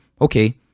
okay